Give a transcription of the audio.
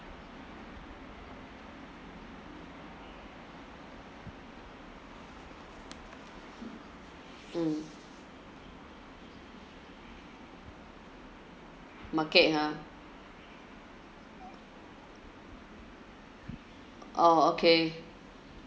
mm market ha oh okay